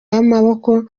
y’amaboko